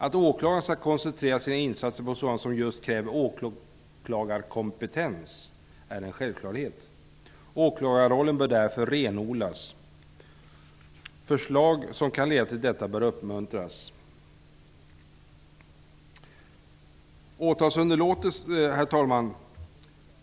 Att åklagare skall koncentrera sina insatser på sådana ärenden som kräver åklagarkompetens är en självklarhet. Åklagarrollen bör därför renodlas. Förslag som kan leda till detta bör uppmuntras. Herr talman!